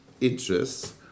interests